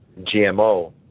GMO